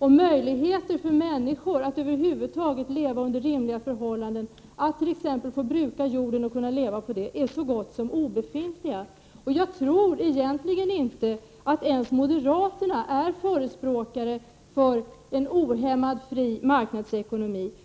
Möjligheterna för människor att över huvud taget leva under rimliga förhållanden, att t.ex. bruka jorden och leva på det, är så gott som obefintliga. Jag tror egentligen inte att ens moderaterna är förespråkare för en ohämmad fri marknadsekonomi.